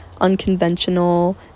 unconventional